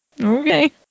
Okay